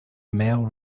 male